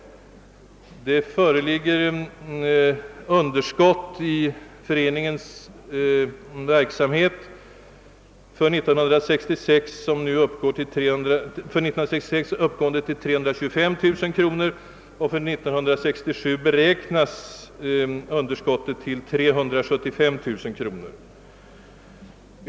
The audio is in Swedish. Det föreligger också i föreningens verksamhet underskott, som för år 1966 uppgick till 325000 kronor och för 1967 beräknas uppgå till 375 000 kronor.